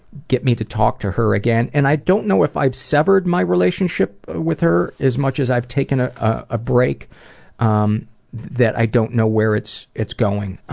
get me to talk to her again and i don't know if i've severed my relationship ah with her as much as i've taken a ah break um that i don't know where it's it's going.